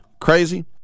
crazy